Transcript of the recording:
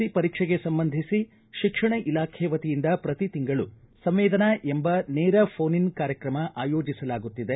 C ಪರೀಕ್ಷೆಗೆ ಸಂಬಂಧಿಸಿ ಶಿಕ್ಷಣ ಇಲಾಖೆ ವತಿಯಿಂದ ಶ್ರತಿ ತಿಂಗಳು ಸಂವೇದನಾ ಎಂಬ ನೇರ ಫೋನ್ ಇನ್ ಕಾರ್ಯಕ್ರಮ ಆಯೋಜಿಸಲಾಗುತ್ತಿದೆ